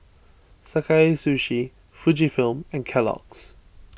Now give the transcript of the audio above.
Sakae Sushi Fujifilm and Kellogg's